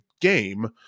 game